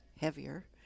heavier